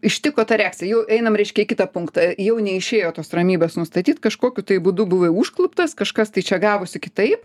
ištiko ta reakcija jau einam reiškia į kitą punktą jau neišėjo tos ramybės nustatyt kažkokiu tai būdu buvai užkluptas kažkas tai čia gavosi kitaip